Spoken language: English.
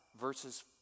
verses